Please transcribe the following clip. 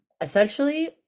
essentially